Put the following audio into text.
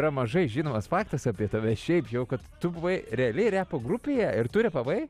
yra mažai žinomas faktas apie tave šiaip jau kad tu buvai realiai repo grupėje ir tu repavai